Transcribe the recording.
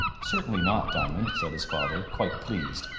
certainly not, diamond, said his father, quite pleased,